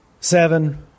Seven